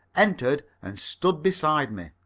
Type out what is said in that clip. entered, and stood beside me.